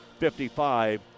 55